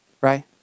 right